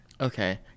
Okay